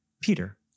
Peter